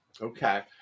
okay